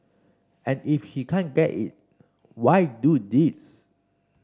and if he can't get it why do this